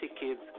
kids